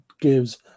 gives